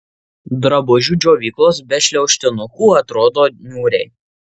drabužių džiovyklos be šliaužtinukų atrodo niūriai